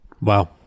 Wow